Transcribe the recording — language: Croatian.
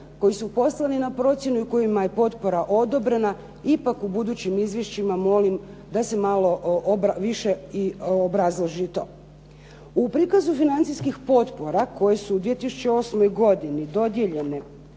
koji su poslani na procjenu i kojima je potpora odobrena ipak u budućim izvješćima molim da se malo više obrazloži i to. U prikazu financijskih potpora koje su u 2008. godini dodijeljene